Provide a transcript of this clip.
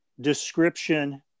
description